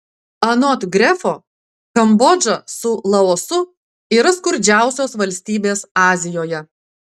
anot grefo kambodža su laosu yra skurdžiausios valstybės azijoje